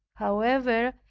however,